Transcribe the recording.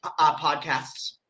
podcasts